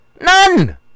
None